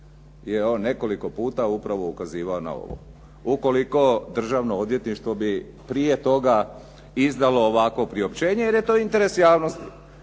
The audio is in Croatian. je on nekoliko puta upravo ukazivao na ovo. Ukoliko Državno odvjetništvo bi prije toga izdalo ovakvo priopćenje jer je to interes javnosti.